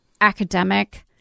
academic